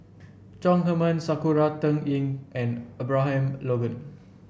Chong Heman Sakura Teng Ying and Abraham Logan